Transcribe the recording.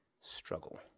Struggle